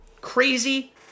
Crazy